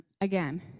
again